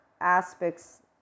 aspects